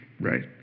Right